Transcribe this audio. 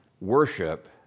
worship